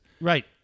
right